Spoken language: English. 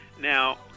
now